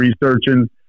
researching